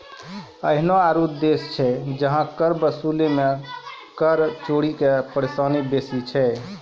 एहनो आरु देश छै जहां कर वसूलै मे कर चोरी के परेशानी बेसी छै